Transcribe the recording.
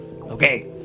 Okay